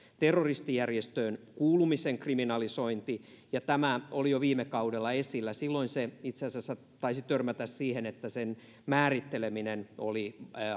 terroristijärjestöön kuulumisen kriminalisointi oli jo viime kaudella esillä silloin se itse asiassa taisi törmätä siihen että sen määritteleminen oli